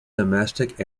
domestic